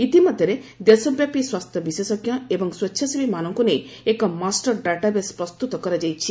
ଇତିମଧ୍ୟରେ ଦେଶବ୍ୟାପୀ ସ୍ୱାସ୍ଥ୍ୟ ବିଶେଷଜ୍ଞ ଏବଂ ସ୍ୱଚ୍ଛାସେବୀମାନଙ୍କୁ ନେଇ ଏକ ମାଷ୍ଟର ଡାଟାବେସ ପ୍ରସ୍ତୁତ କରାଯାଇଛି